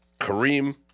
Kareem